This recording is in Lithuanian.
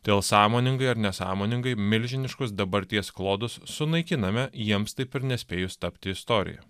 todėl sąmoningai ar nesąmoningai milžiniškus dabarties klodus sunaikiname jiems taip ir nespėjus tapti istorija